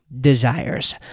desires